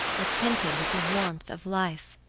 were tinted with the warmth of life.